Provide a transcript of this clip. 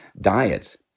diets